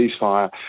ceasefire